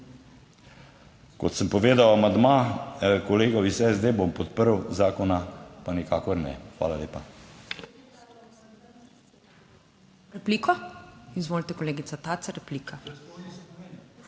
Kot sem povedal, amandma kolegov iz SD bom podprl, zakona pa nikakor ne. Hvala lepa.